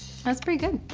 that's pretty good